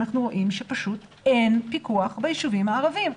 אנחנו רואים שפשוט אין פיקוח ביישובים הערביים.